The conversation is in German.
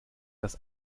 dass